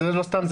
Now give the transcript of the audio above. זה לא סתם,